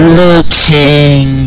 looking